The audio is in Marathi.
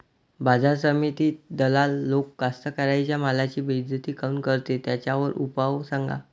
बाजार समितीत दलाल लोक कास्ताकाराच्या मालाची बेइज्जती काऊन करते? त्याच्यावर उपाव सांगा